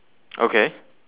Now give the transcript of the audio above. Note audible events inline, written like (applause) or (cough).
(noise) okay